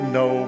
no